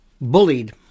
Bullied